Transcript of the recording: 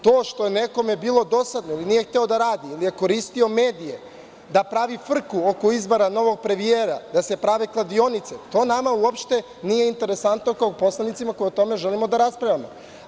To što je nekome bilo dosadno ili nije hteo da radi ili je koristio medije da pravi frku oko izbora novog premijera, da se prave kladionice, to nama uopšte nije interesantno kao poslanicima koji o tome želimo da raspravljamo.